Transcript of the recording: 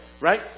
Right